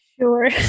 Sure